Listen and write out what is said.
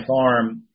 farm